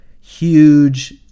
Huge